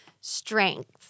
Strength